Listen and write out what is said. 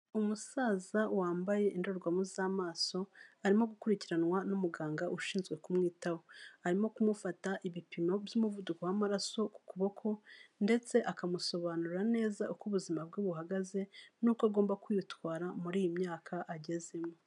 Umusaza wambaye indorerwamo z'amaso, arimo gukurikiranwa n'umuganga ushinzwe kumwitaho. Arimo kumufata ibipimo by'umuvuduko w'amaraso ku kuboko ndetse akamusobanurira neza uko ubuzima bwe buhagaze n'uko agomba kwitwara muri iyi myaka agezemo.